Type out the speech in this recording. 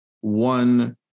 one